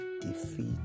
defeat